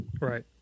Right